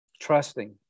Trusting